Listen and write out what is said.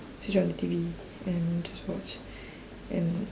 switch on the T_V and just watch and